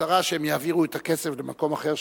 הצרה היא שהם יעבירו את הכסף למקום אחר,